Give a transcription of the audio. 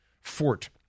fort